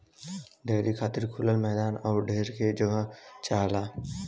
dairy खातिर खुलल मैदान आउर ढेर के जगह चाहला